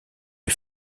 est